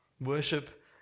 Worship